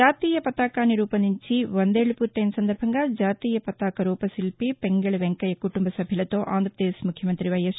జాతీయ పతాకాన్ని రూపొందించి వందేళ్లు పూర్తయిన సందర్బంగా జాతీయ పతాక రూపశిల్పి పింగళి వెంకయ్య కుటుంబ సభ్యులతో ఆంధ్రాపదేశ్ ముఖ్యమంత్రి వైఎస్